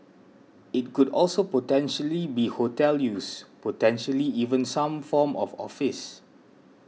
it could also potentially be hotel use potentially even some form of office